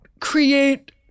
create